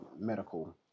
medical